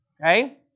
okay